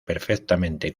perfectamente